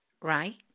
right